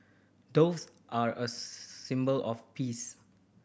doves are a symbol of peace